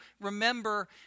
remember